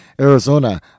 Arizona